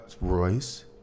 Royce